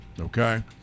okay